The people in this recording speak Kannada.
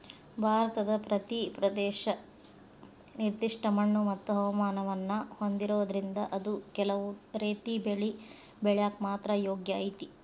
ಭಾರತದ ಪ್ರತಿ ಪ್ರದೇಶ ನಿರ್ದಿಷ್ಟ ಮಣ್ಣುಮತ್ತು ಹವಾಮಾನವನ್ನ ಹೊಂದಿರೋದ್ರಿಂದ ಅದು ಕೆಲವು ರೇತಿ ಬೆಳಿ ಬೆಳ್ಯಾಕ ಮಾತ್ರ ಯೋಗ್ಯ ಐತಿ